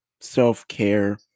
self-care